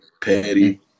Patty